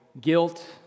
guilt